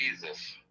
Jesus